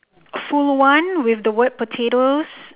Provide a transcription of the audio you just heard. full one with the word potatoes